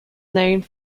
named